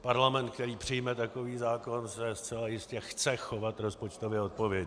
Parlament, který přijme takový zákon, se zcela jistě chce chovat rozpočtově odpovědně.